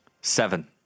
Seven